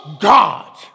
God